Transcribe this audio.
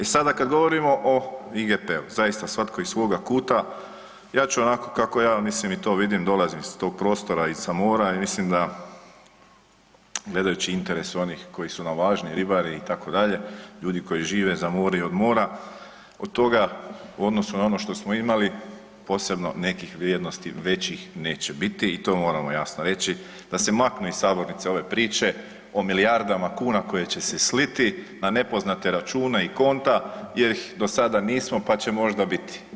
E sada kada govorimo o IGP-u zaista svatko iz svoga kuta, ja ću onako kako ja mislim i to vidim, dolazim s tog prostora i s mora i mislim da gledajući interes onih koji su nam važni ribari itd., ljudi koji žive za more i od mora, od toga u odnosu na ono što smo imali posebno nekih vrijednosti većih neće biti i to moramo jasno reći da se maknu iz sabornice ove priče o milijardama kuna koje će se sliti na nepoznate račune i konta jer ih do sada nismo pa će možda biti.